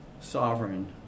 sovereign